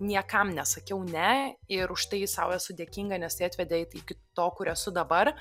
niekam nesakiau ne ir už tai sau esu dėkinga nes tai atvedė iki to kur esu dabar